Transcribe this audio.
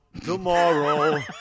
tomorrow